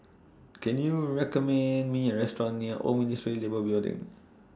Can YOU recommend Me A Restaurant near Old Ministry of Labour Building